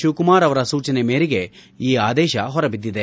ಶಿವಕುಮಾರ್ ಅವರ ಸೂಚನೆ ಮೇರೆಗೆ ಈ ಆದೇಶ ಹೊರಬಿದ್ದಿದೆ